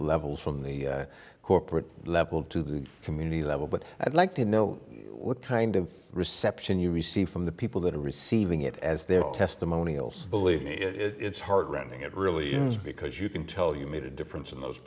levels from the corporate level to the community level but i'd like to know what kind of reception you receive from the people that are receiving it as they have testimonials believe me it's heart rending it really is because you can tell you made a difference in those